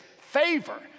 favor